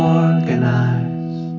organize